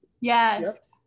Yes